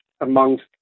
amongst